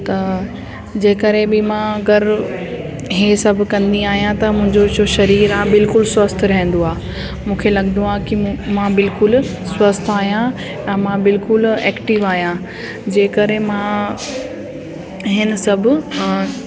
त जे करे बि मां अगरि इहे सभु कंदी आहियां त मुंहिंजो जो शरीर आहे बिल्कुलु स्वस्थ रहंदो आहे मूंखे लॻंदो आहे की मूं मां बिल्कुलु स्वस्थ आहियां ऐं मां बिल्कुलु एक्टिव आहियां जे करे मां हिन सभु